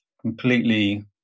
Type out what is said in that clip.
completely